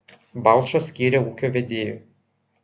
balčą skyrė ūkio vedėju